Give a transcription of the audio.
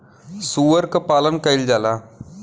सूअर क पालन कइल जाला